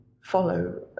follow